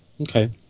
Okay